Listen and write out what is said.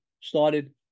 started